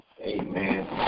Amen